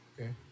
Okay